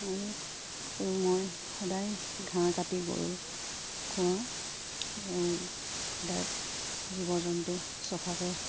আৰু আৰু মই সদায় ঘাঁহ কাটি গৰুক খুৱাওঁ আৰু সদায় জীৱ জন্তু চফাকৈ